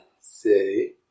say